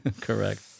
Correct